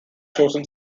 chosen